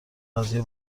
قضیه